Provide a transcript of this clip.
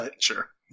Sure